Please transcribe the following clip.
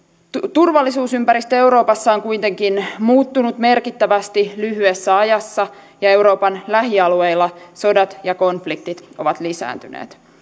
turvallisuusympäristö euroopassa on kuitenkin muuttunut merkittävästi lyhyessä ajassa ja euroopan lähialueilla sodat ja konfliktit ovat lisääntyneet